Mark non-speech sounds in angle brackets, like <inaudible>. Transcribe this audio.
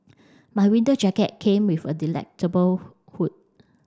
my winter jacket came with a <unintelligible> hood